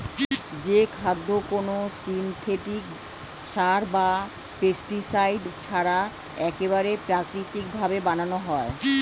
যে খাদ্য কোনো সিনথেটিক সার বা পেস্টিসাইড ছাড়া একবারে প্রাকৃতিক ভাবে বানানো হয়